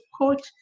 coach